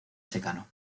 secano